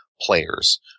players